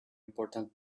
important